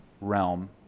realm